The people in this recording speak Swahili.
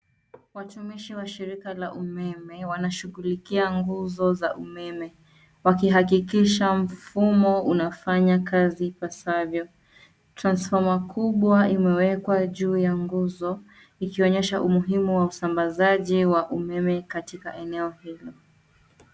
Watumishi wa shirika la umeme wanashughulikia nguzo za umeme wakihakikisha mfumo unafanya kazi ipasavyo. Transfoma kubwa imewekwa juu ya nguzo ikionyesha umuhimu wa usambazaji wa umeme katika eneo hilo.